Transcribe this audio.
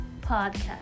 podcast